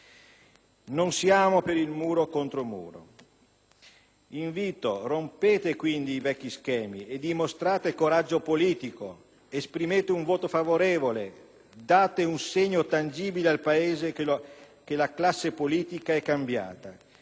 Non siamo per il muro contro muro. Invito, dunque, a rompere i vecchi schemi e a dimostrare coraggio politico, esprimendo un voto favorevole e dando un segno tangibile al Paese che la classe politica è cambiata.